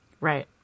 Right